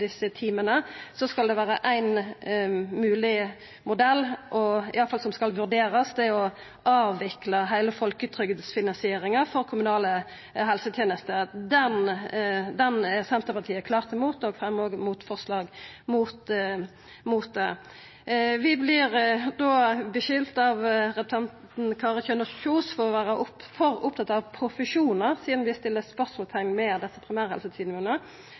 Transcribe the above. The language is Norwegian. desse teama, skal ein modell, som i alle fall skal vurderast, vera å avvikla heile folketrygdfinansieringa for kommunale helsetenester. Det er Senterpartiet klart imot, og vi fremjar motforslag mot det. Vi vert skulda av representanten Kari Kjønaas Kjos for å vera for opptatt av profesjonar, sidan vi setter spørsmålsteikn ved desse